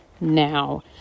now